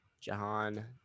Jahan